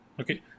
Okay